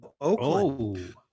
Oakland